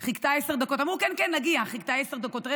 היא חיכתה עשר דקות, ואמרו: כן, כן, נגיע.